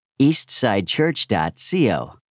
eastsidechurch.co